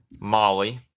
Molly